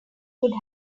would